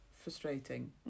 frustrating